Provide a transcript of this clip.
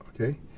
okay